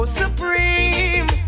supreme